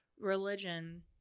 religion